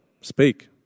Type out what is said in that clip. Speak